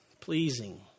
Pleasing